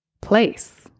place